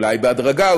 אולי בהדרגה,